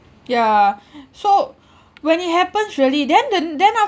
yeah so when it happens really then the then after